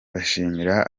bashimira